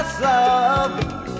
Love